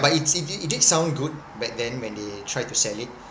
but it did it did sound good back then when they try to sell it